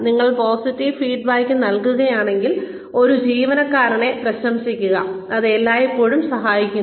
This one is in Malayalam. നിങ്ങൾ പോസിറ്റീവ് ഫീഡ്ബാക്ക് നൽകുകയാണെങ്കിൽ ഒരു ജീവനക്കാരനെ പ്രശംസിക്കുക അത് എല്ലായ്പ്പോഴും സഹായിക്കുന്നു